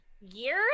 years